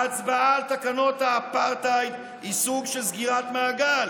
ההצבעה על תקנות האפרטהייד היא סוג של סגירת מעגל,